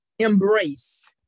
embrace